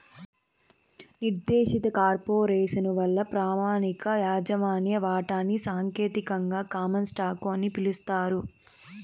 నిర్దేశిత కార్పొరేసను వల్ల ప్రామాణిక యాజమాన్య వాటాని సాంకేతికంగా కామన్ స్టాకు అని పిలుస్తారు